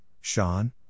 Sean